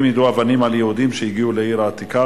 יידו אבנים על יהודים שהגיעו לעיר העתיקה,